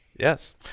Yes